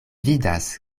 vidas